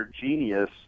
Genius